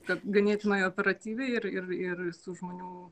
kad ganėtinai operatyviai ir ir ir su žmonių